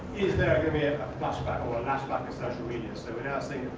is there gonna be a flashback or a lashback of social media? so announcing